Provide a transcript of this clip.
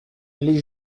les